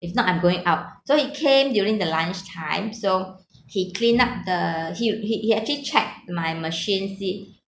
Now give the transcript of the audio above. if not I'm going out so he came during the lunchtime so he clean up the he he he actually check my machine see